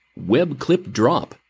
WebClipDrop